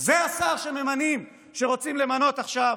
זה השר שרוצים למנות עכשיו